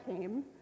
came